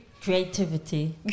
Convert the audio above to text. creativity